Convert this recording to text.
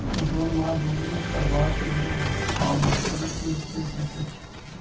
दौन वा दौनी करबाक लेल आब मशीनक प्रयोग कयल जाइत अछि